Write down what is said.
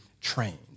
trained